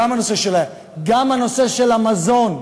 גם הנושא של המזון,